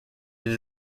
iri